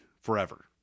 forever